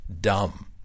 dumb